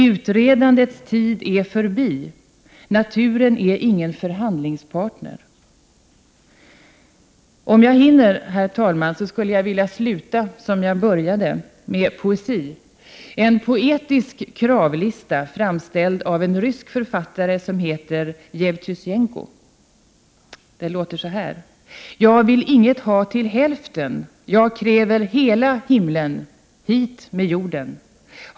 Utredandets tid är förbi, naturen är ingen förhandlingspartner. Herr talman! Jag skulle vilja sluta som jag började, med poesi — en poetisk kravlista, framställd av en rysk författare som heter Jevtusjenko: Jag vill inget ha till hälften Jag kräver hela himlen Hit med jorden!